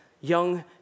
young